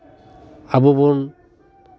ᱟᱵᱚ ᱵᱚᱱ